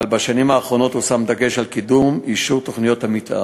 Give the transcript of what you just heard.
אבל בשנים האחרונות הושם דגש על קידום אישור תוכניות המתאר,